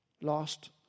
Lost